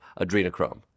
Adrenochrome